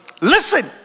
Listen